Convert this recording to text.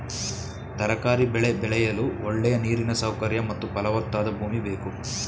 ತರಕಾರಿ ಬೆಳೆ ಬೆಳೆಯಲು ಒಳ್ಳೆಯ ನೀರಿನ ಸೌಕರ್ಯ ಮತ್ತು ಫಲವತ್ತಾದ ಭೂಮಿ ಬೇಕು